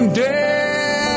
dead